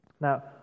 now